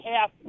half